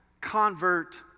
convert